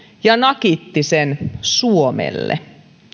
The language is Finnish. ja nakitti sen suomelle